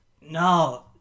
No